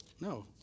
no